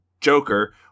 Joker